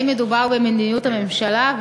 1. האם מדובר במדיניות הממשלה?